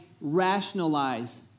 rationalize